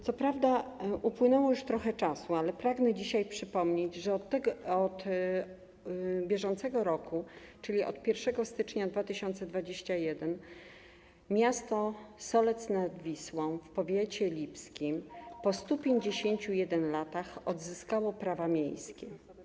Co prawda upłynęło już trochę czasu, ale pragnę dzisiaj przypomnieć, że od bieżącego roku, czyli od 1 stycznia 2021 r., miasto Solec nad Wisłą w powiecie lipskim po 151 latach odzyskało prawa miejskie.